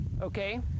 okay